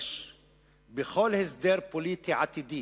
6. בכל הסדר פוליטי עתידי